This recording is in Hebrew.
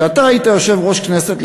כשאתה היית יושב-ראש הכנסת,